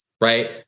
right